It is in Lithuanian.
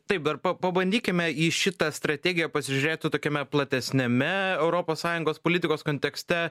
taip dar pabandykime į šitą strategiją pasižiūrėti tokiame platesniame europos sąjungos politikos kontekste